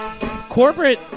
Corporate